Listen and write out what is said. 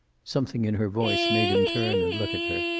something in her voice made him turn and look at her.